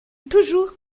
toujours